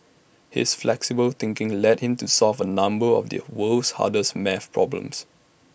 his flexible thinking led him to solve A number of the world's hardest math problems